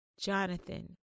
Jonathan